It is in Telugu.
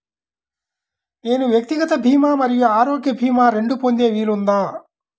నేను వ్యక్తిగత భీమా మరియు ఆరోగ్య భీమా రెండు పొందే వీలుందా?